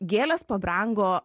gėlės pabrango